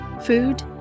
food